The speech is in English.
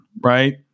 right